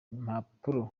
impapuro